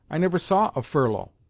i never saw a furlough.